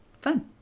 Fun